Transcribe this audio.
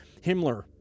Himmler